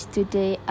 Today